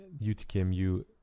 UTKMU